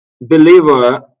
believer